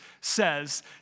says